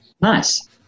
Nice